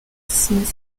smith